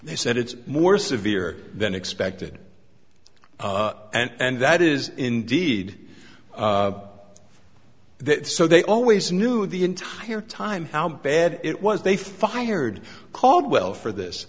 they said it's more severe than expected and that is indeed so they always knew the entire time how bad it was they fired caldwell for this